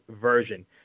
version